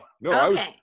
No